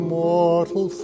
mortal